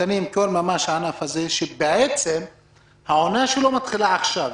תקליטנים שבעצם העונה שלהם מתחילה עכשיו,